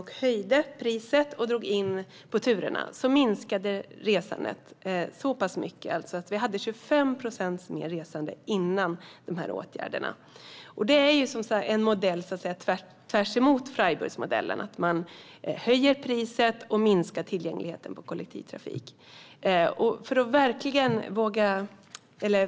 Man höjde priset och drog in på turerna, vilket minskade resandet så pass mycket att vi alltså hade 25 procent fler resande före dessa åtgärder. Det är så att säga den motsatta modellen till Freiburgmodellen: Man höjer priset och minskar tillgängligheten till kollektivtrafik.